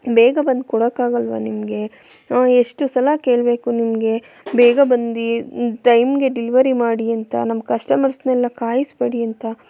ಬೇಗ ಬಂದು ಕೊಡೋಕ್ಕಾಗಲ್ವ ನಿಮಗೆ ನಾವು ಎಷ್ಟು ಸಲ ಕೇಳಬೇಕು ನಿಮಗೆ ಬೇಗ ಬಂದು ಟೈಮ್ಗೆ ಡಿಲಿವರಿ ಮಾಡಿ ಅಂತ ನಮ್ಮ ಕಸ್ಟಮರ್ಸ್ನೆಲ್ಲ ಕಾಯಿಸಬೇಡಿ ಅಂತ